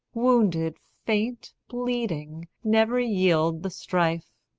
wounded, faint, bleeding, never yield the strife.